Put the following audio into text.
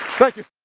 thank you